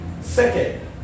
Second